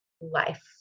Life